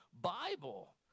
Bible